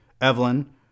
Evelyn